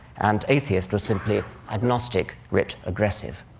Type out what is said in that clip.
and atheist was simply agnostic writ aggressive.